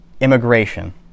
immigration